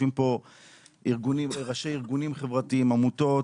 יושבים פה ארגונים וראשי ארגונים חברתיים, עמותות